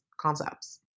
concepts